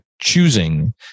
choosing